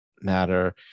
matter